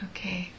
Okay